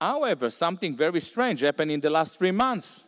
however something very strange happened in the last three months